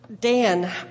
Dan